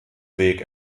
weg